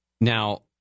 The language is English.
Now